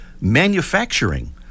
manufacturing